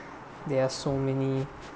there are so many